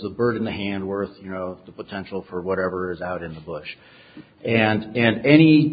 a bird in the hand worth you know the potential for whatever is out in the bush and and any